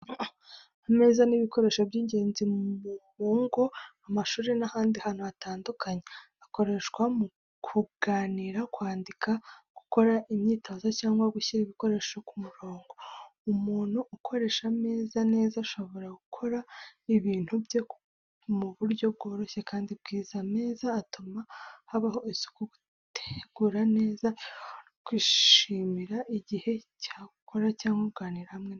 Ameza ni ibikoresho by’ingenzi mu ngo, amashuri n’ahandi hantu hatandukanye. Akoreshwa mu kuganira, kwandika, gukora imyitozo cyangwa gushyira ibikoresho ku murongo. Umuntu ukoresha ameza neza ashobora gukora ibintu bye mu buryo bworoshye kandi bwiza. Ameza atuma habaho isuku, gutegura neza ibintu no kwishimira igihe cyo gukora cyangwa kuganira hamwe n’abandi.